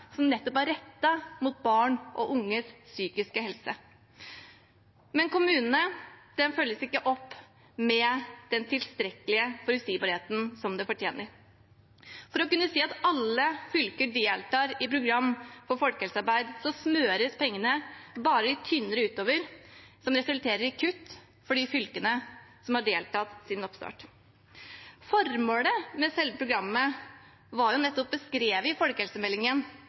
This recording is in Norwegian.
som nettopp er rettet mot barn og unges psykiske helse. Men kommunene følges ikke opp med den tilstrekkelige forutsigbarheten som de fortjener. For å kunne si at alle fylker deltar i program for folkehelsearbeid smøres pengene bare litt tynnere utover, som resulterer i kutt for de fylkene som har deltatt siden oppstart. Formålet med selve programmet var nettopp beskrevet i folkehelsemeldingen,